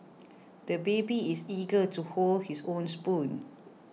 the baby is eager to hold his own spoon